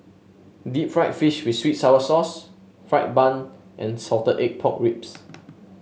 Deep Fried Fish with sweet sour sauce fried bun and Salted Egg Pork Ribs